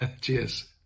Cheers